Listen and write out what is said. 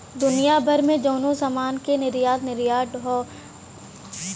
दुनिया भर मे जउनो समान के आयात निर्याट होत हौ, ओकर जांच यही के ठप्पा से होला